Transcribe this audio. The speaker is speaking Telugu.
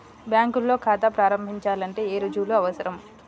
బ్యాంకులో ఖాతా ప్రారంభించాలంటే ఏ రుజువులు అవసరం?